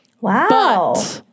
Wow